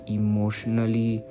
emotionally